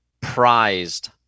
prized